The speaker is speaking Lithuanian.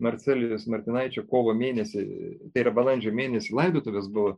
marcelijaus martinaičio kovo mėnesį tai yra balandžio mėnesį laidotuvės buvo